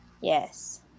Yes